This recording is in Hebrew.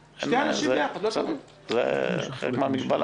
זה חלק מהמגבלה.